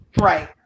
right